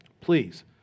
please